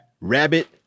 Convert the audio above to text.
rabbit